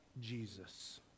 Jesus